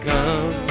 Come